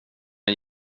jag